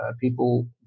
people